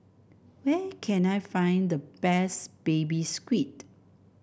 where can I find the best Baby Squid